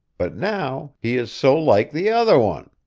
but now he is so like the other one.